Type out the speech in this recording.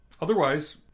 Otherwise